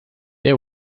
they